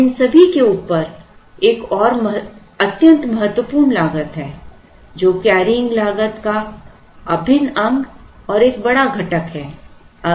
अब इन सभी के ऊपर और एक अत्यंत महत्वपूर्ण लागत है जो कैरिंग लागत का अभिन्न अंग और एक बड़ा घटक है